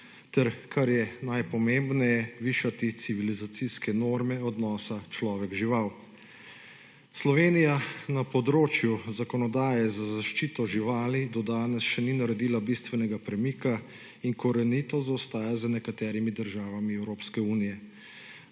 ter kar je najpomembneje, višati civilizacijske norme odnosa človek – žival. Slovenija na področju zakonodaje za zaščito živali do danes še ni naredila bistvenega premika in korenito zaostaja za nekaterimi državami Evropske unije.